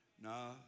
No